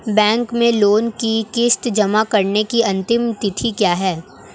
Bank में loan की किश्त जमा कराने की अंतिम तिथि क्या है?